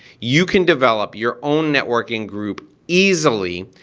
you can develop your own networking group easily,